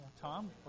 Tom